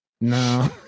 No